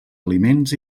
aliments